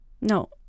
no